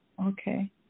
Okay